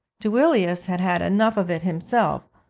duilius had had enough of it himself,